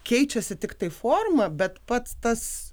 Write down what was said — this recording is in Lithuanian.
keičiasi tiktai forma bet pats tas